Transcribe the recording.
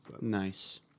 Nice